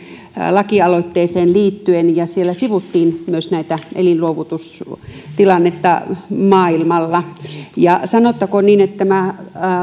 loitteeseen liittyen ja siellä sivuttiin myös tätä elinluovutustilannetta maailmalla sanottakoon niin että tämä